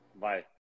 Bye